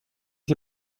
ses